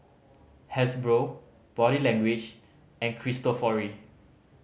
Hasbro Body Language and Cristofori